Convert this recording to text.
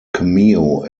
cameo